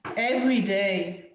everyday.